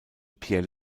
pierre